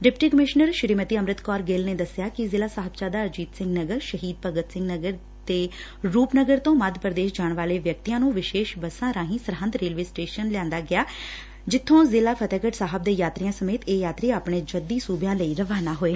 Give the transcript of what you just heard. deputy commissioner Shrimati Amrit Kaur Gill ਨੇ ਦੱਸਿਆ ਕਿ ਜ਼ਿਲ੍ਹਾ ਸਾਹਿਬਜ਼ਾਦਾ ਅਜੀਤ ਸਿੰਘ ਨਗਰ ਸ਼ਹੀਦ ਭਗਤ ਸਿੰਘ ਨਗਰ ਤੇ ਰੂਪਨਗਰ ਤੋਂ ਮੱਧ ਪ੍ਰਦੇਸ਼ ਜਾਣ ਵਾਲੇ ਵਿਅਕਤੀਆਂ ਨੂੰ ਵਿਸ਼ੇਸ਼ ਬੱਸਾਂ ਰਾਹੀ ਸਰਹਿੰਦ ਰੇਲਵੇ ਸਟੇਸ਼ਨ ਲਿਆਂਦਾ ਗਿਆ ਜਿਥੋ ਜ਼ਿਲ੍ਹਾ ਫ਼ਤਹਿਗੜ੍ ਸਾਹਿਬ ਦੇ ਯਾਤਰੀਆਂ ਸਮੇਤ ਇਹ ਯਾਤਰੀ ਆਪਣੇ ਜੱਦੀ ਸੁਬੇ ਲਈ ਰਵਾਨਾ ਹੋਏ